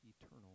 eternal